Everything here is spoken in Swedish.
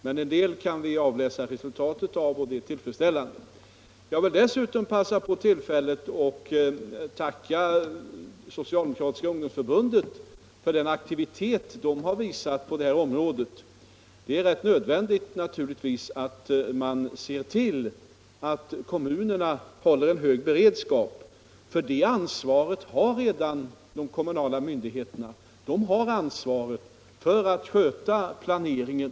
Men vi kan avläsa resultatet av en del, och det är tillfredsställande. Dessutom vill jag passa på tillfället att tacka Socialdemokratiska ungdomsförbundet för den aktivitet förbundet har visat på detta område. Det är naturligtvis nödvändigt att man ser till att kommunerna håller hög beredskap. De kommunala myndigheterna har nämligen redan ansvaret för att sköta planeringen.